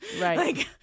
Right